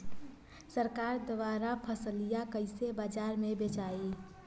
सरकार द्वारा फसलिया कईसे बाजार में बेचाई?